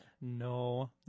No